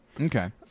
okay